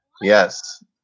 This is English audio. yes